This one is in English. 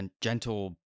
gentle